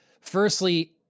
firstly